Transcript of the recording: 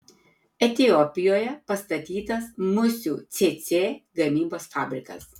etiopijoje pastatytas musių cėcė gamybos fabrikas